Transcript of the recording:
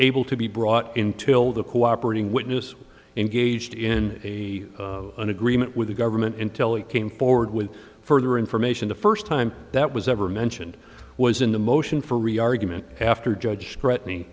able to be brought into the cooperating witness engaged in a an agreement with the government in telling came forward with further information the first time that was ever mentioned was in the motion for re argument after judge threatening